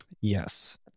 Yes